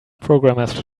programmers